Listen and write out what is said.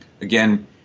again